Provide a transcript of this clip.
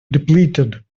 depleted